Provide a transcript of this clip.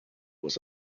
was